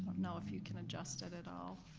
know if you can adjust it at all,